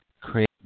create